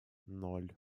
ноль